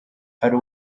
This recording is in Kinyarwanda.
ari